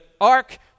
ark